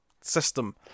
system